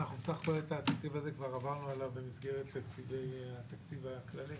בסך הכול על התקציב הזה כבר עברנו במסגרת התקציב הכללי.